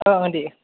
औ दे